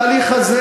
בהליך הזה